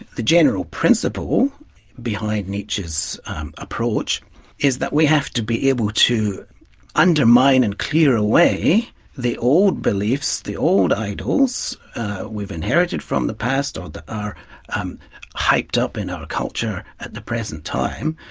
the general principle behind nietzsche's approach is that we have to be able to undermine and clear away the old beliefs, the old idols we've inherited from the past, or that are um hyped-up in our culture at the present time.